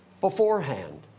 beforehand